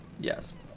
Yes